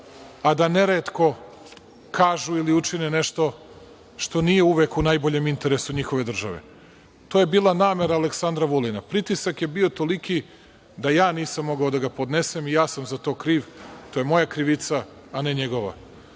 a da neretko kažu ili učine nešto što nije uvek u najboljem interesu njihove države. To je bila namera Aleksandra Vulina. Pritisak je bio toliki da ja nisam mogao da podnesem i ja sam za to kriv, to je moja krivica, a ne njegova. Što